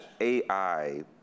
AI